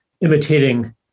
imitating